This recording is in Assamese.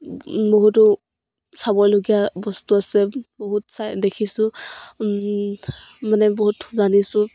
বহুতো চাবলগীয়া বস্তু আছে বহুত চাই দেখিছোঁ মানে বহুত জানিছোঁ